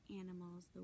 animals